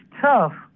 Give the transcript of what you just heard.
tough